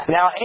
Now